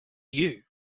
you